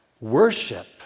worship